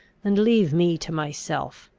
and leave me to myself.